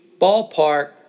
ballpark